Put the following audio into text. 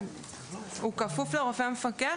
הוא כפוף לרופא המפקח.